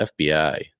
FBI